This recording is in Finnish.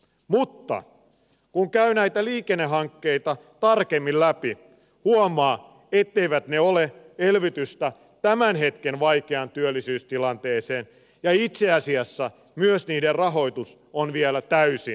mutta kun käy näitä liikennehankkeita tarkemmin läpi huomaa etteivät ne ole elvytystä tämän hetken vaikeaan työllisyystilanteeseen ja itse asiassa myös niiden rahoitus on vielä täysin auki